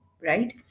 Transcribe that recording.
right